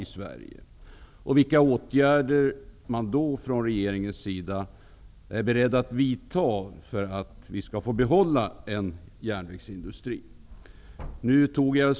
Jag undrade också vilka åtgärder regeringen i så fall är beredd att vidta för att järnvägsindustrin skall kunna behållas.